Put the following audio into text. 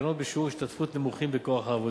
המתאפיינות בשיעורי השתתפות נמוכים בכוח העבודה.